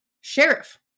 sheriff